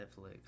Netflix